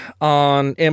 on